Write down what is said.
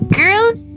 girls